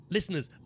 Listeners